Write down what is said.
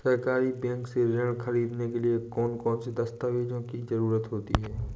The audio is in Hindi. सहकारी बैंक से ऋण ख़रीदने के लिए कौन कौन से दस्तावेजों की ज़रुरत होती है?